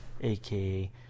aka